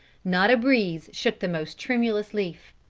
not a breeze shook the most tremulous leaf.